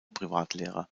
privatlehrer